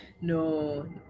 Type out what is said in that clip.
No